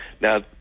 Now